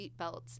seatbelts